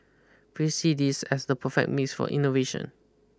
we see this as the perfect mix for innovation